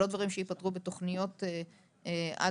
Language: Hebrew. אלה לא דברים שייפתרו בתוכניות אד-הוק.